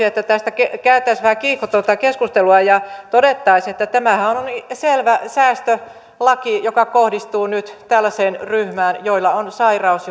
että tästä käytäisiin vähän kiihkotonta keskustelua ja todettaisiin että tämähän on on selvä säästölaki joka kohdistuu nyt tällaisten ryhmään joilla on sairaus